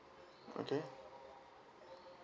okay